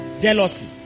Jealousy